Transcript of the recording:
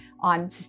on